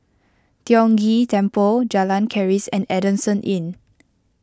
Tiong Ghee Temple Jalan Keris and Adamson Inn